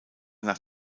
nach